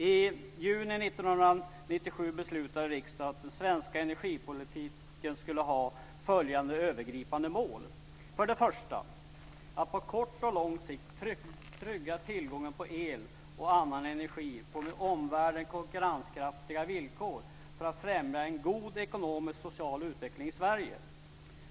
I juni 1997 beslutade riksdagen att den svenska energipolitiken skulle ha följande övergripande mål: För det första att på kort och lång sikt trygga tillgången på el och annan energi på med omvärlden konkurrenskraftiga villkor för att främja en god ekonomisk och social utveckling i Sverige.